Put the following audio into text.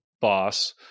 boss